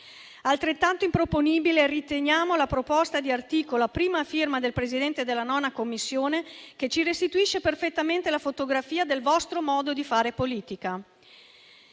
Altrettanto improponibile riteniamo la proposta di articolo a prima firma del Presidente della 9a Commissione che ci restituisce perfettamente la fotografia del vostro modo di fare politica.